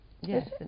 Yes